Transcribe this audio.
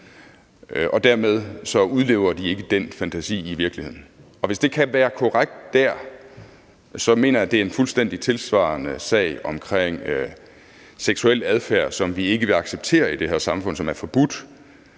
Dermed udlever de ikke den fantasi i virkeligheden. Og hvis det kan være korrekt der, så mener jeg, det er en fuldstændig tilsvarende sag omkring seksuel adfærd, som vi ikke vil acceptere i det her samfund, og som er forbudt